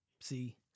See